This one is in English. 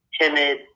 timid